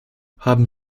haben